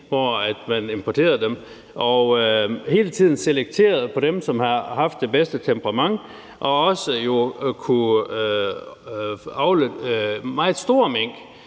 hvor man importerede dem og man hele tiden selekterede dem, som havde det bedste temperament, og hvor man også kunne avle meget store mink.